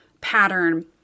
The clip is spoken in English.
pattern